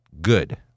Good